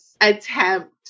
attempt